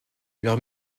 leurs